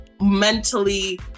mentally